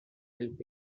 helped